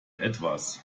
etwas